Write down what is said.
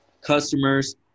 customers